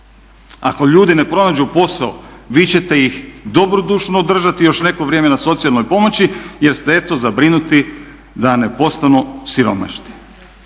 Ako ljudi ne pronađu posao vi ćete ih dobrodušno držati još neko vrijeme na socijalnoj pomoći, jer ste eto zabrinuti da ne postanu siromašni.